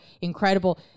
incredible